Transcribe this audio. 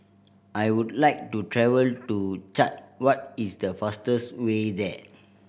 I would like to travel to Chad what is the fastest way there